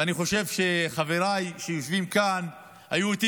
ואני חושב שחבריי שיושבים כאן היו איתי